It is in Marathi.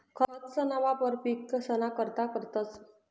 खतंसना वापर पिकसना करता करतंस